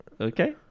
Okay